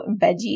veggies